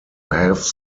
have